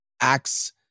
acts